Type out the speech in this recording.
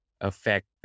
affect